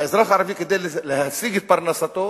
האזרח הערבי, כדי להשיג את פרנסתו,